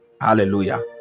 Hallelujah